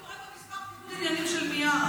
אני קוראת את מסמך ניגוד העניינים של מיארה.